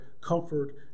comfort